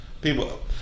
People